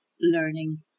learning